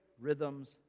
rhythms